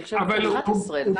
אני חשבתי ש-11,000.